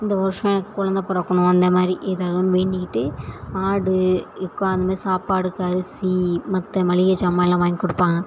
இந்த வருஷம் எனக்கு கொழந்த பிறக்கணும் அந்த மாதிரி எதாவது ஒன்று வேண்டிக்கிட்டு ஆடு க்கோ அந்த மாதிரி சாப்பாட்டுக்கு அரிசி மற்ற மளிகை ஜாமான் எல்லாம் வாங்கி கொடுப்பாங்க